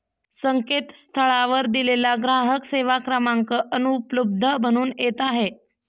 संकेतस्थळावर दिलेला ग्राहक सेवा क्रमांक अनुपलब्ध म्हणून येत आहे